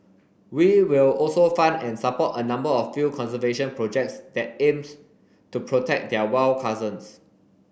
we will also fund and support a number of field conservation projects that aims to protect their wild cousins